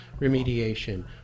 remediation